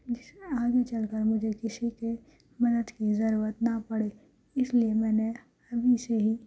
جس میں آگے چل کر مجھے کسی کے مدد کی ضرورت نہ پڑے اس لئے میں نے ابھی سے ہی